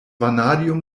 vanadium